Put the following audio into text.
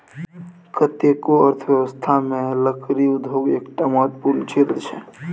कतेको अर्थव्यवस्थामे लकड़ी उद्योग एकटा महत्वपूर्ण क्षेत्र छै